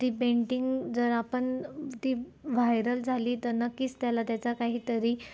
ती पेंटिंग जर आपण ती व्हायरल झाली तर नक्कीच त्याला त्याचा काहीतरी